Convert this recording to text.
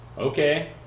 Okay